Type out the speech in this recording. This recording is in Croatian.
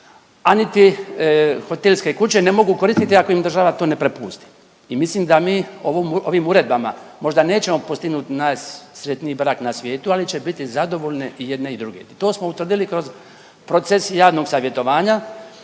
a niti hotelske kuće ne mogu koristiti ako im država to ne prepusti. I mislim da mi ovim uredbama možda nećemo postignut najsretniji brak na svijetu, ali će biti zadovoljne i jedne i druge. To smo utvrdili kroz proces javnog savjetovanja